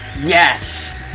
Yes